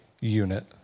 unit